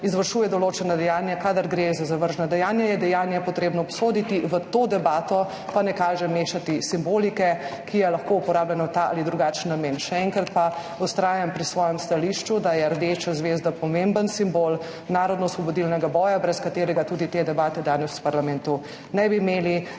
izvršuje določena dejanja, kadar gre za zavržna dejanja, je dejanja potrebno obsoditi. V to debato pa ne kaže mešati simbolike, ki je lahko uporabljena v ta ali drugačen namen. Še enkrat pa vztrajam pri svojem stališču, da je rdeča zvezda pomemben simbol narodnoosvobodilnega boja, brez katerega tudi te debate danes v parlamentu ne bi imeli,